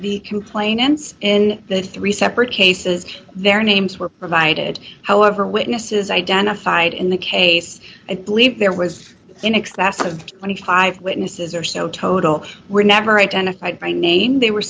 the complainants in the three separate cases their names were provided however witnesses identified in the case it believed there was in excess of twenty five witnesses or so total were never identified by name they were